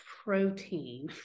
protein